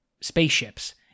spaceships